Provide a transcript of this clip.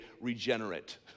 regenerate